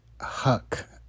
huck